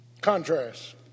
Contrast